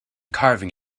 carving